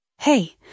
Hey